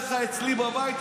יאח"א אצלי בבית,